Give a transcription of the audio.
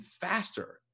faster